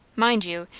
mind you,